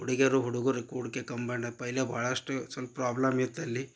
ಹುಡುಗಿಯರು ಹುಡುಗರು ಕೂಡಿಕೆ ಕಂಬೈನ್ ಪೈಲೆ ಭಾಳಷ್ಟು ಸೊಲ್ಪ ಪ್ರಾಬ್ಲಮ್ ಇತ್ತು ಅಲ್ಲಿ